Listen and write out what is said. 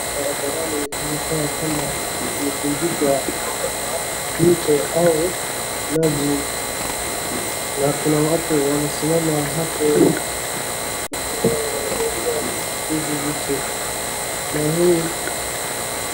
Barabarani inakaa kama imevunjika na mto au maji na kuna watu wanasimama hapo ndo wanaangalia hizi vitu na hii.